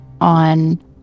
on